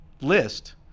list